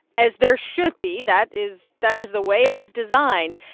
as there should be. that is that is the way it was designed.